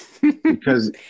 Because-